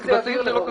בקבצים זה לא כתוב.